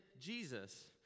Jesus